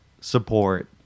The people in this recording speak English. support